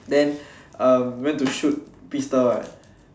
then um we went to shoot pistol